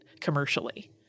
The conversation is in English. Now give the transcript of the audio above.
commercially